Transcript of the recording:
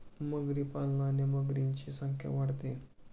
मगरी पालनाने मगरींची संख्या वाढते